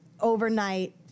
overnight